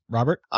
Robert